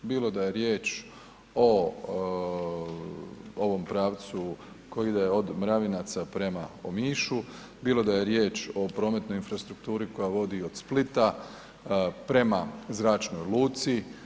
Bilo da je riječ o ovom pravcu koji ide od Mravinaca prema Omišu, bilo da je riječ o prometnoj infrastrukturi koja vodi od Splita prema zračnoj luci.